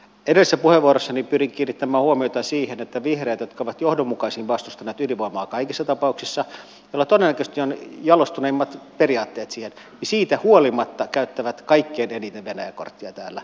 edellisessä puheenvuorossani pyrin kiinnittämään huomiota siihen että vihreät jotka ovat johdonmukaisimmin vastustaneet ydinvoimaa kaikissa tapauksissa ja joilla todennäköisesti on jalostuneimmat periaatteet siihen tästä huolimatta käyttävät kaikkein eniten venäjä korttia täällä